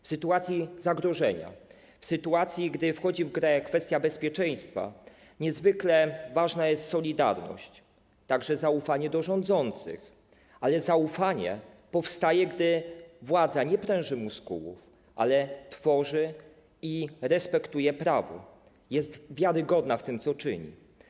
W sytuacji zagrożenia, w sytuacji gdy wchodzi w grę kwestia bezpieczeństwa, niezwykle ważna jest solidarność, także zaufanie do rządzących, ale zaufanie powstaje, gdy władza nie pręży muskułów, ale tworzy i respektuje prawo, jest wiarygodna w tym, co czyni.